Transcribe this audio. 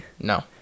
No